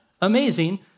amazing